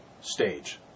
stage